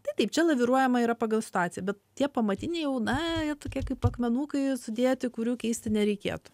tai taip čia laviruojama yra pagal situaciją bet tie pamatiniai jau na jie tokie kaip akmenukai sudėti kurių keisti nereikėtų